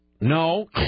no